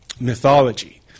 mythology